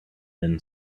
then